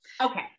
okay